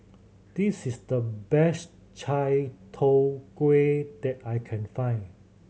this is the best chai tow kway that I can find